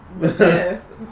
Yes